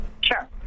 Sure